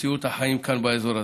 מציאות החיים כאן, באזור הזה.